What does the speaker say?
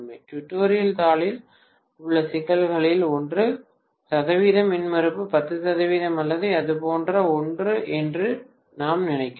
tutorial தாளில் உள்ள சிக்கல்களில் ஒன்று சதவீதம் மின்மறுப்பு 10 சதவிகிதம் அல்லது அதுபோன்ற ஒன்று என்று நான் நினைக்கிறேன்